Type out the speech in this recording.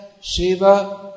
shiva